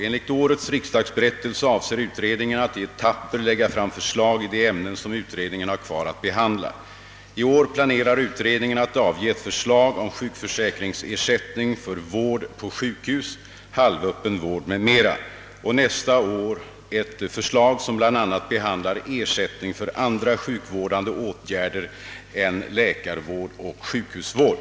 Enligt årets riksdagsberättelse avser utredningen att i etapper lägga fram förslag i de ämnen som utredningen har kvar att behandla, I år planerar utredningen att avge ett förslag om sjukförsäkringsersättning för vård på sjukhus, halvöppen vård m.m. och nästa år ett förslag, som bl.a. behandlar ersättning för andra sjukvårdande åtgärder än läkarvård och sjukhusvård.